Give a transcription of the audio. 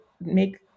make